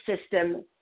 system